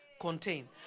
contain